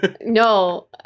No